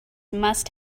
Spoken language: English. must